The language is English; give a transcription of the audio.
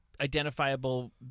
identifiable